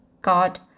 God